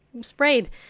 sprayed